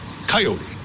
Coyote